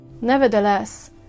Nevertheless